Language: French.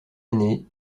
année